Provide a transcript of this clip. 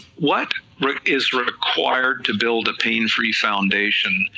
what is required to build a pain-free foundation,